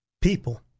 people